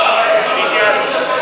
הוא לא יכול.